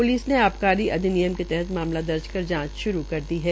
police ने आबकारी अधिनियम के तहत मामला दर्ज कर जांच श्रू कर दी है